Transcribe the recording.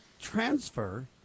transfer